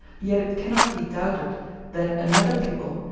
yet it cannot be doubted that another people,